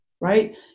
right